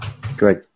Great